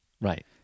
Right